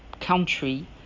country